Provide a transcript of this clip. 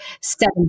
step